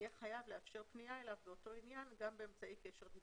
יהיה חייב לאפשר פנייה אליו באותו עניין גם באמצעי קשר דיגיטלי."